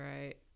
right